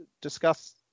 discuss